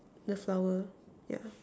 the flower yeah